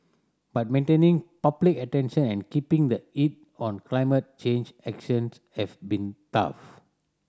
but maintaining public attention and keeping the heat on climate change actions have been tough